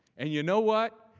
and you know what?